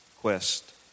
quest